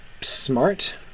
smart